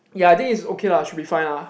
ya I think it's okay lah should be fine ah